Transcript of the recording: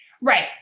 Right